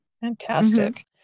Fantastic